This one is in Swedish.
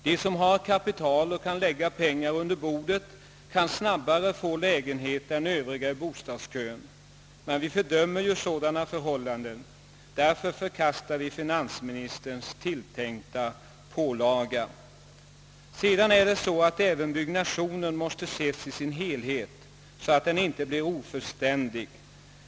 De som har kapital och kan lägga pengar »under bordet» kan få lägenhet snabbare än andra i bostadskön. Men vi fördömer sådana företeelser. Därför förkastar vi finansministerns tilltänkta pålaga. Vidare måste även byggnationen ses i sin helhet så att den inte blir ofullständig.